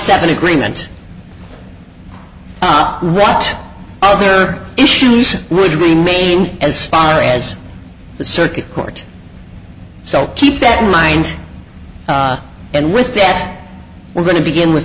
seven agreement all right all their issues would remain as far as the circuit court so keep that in mind and with that we're going to begin with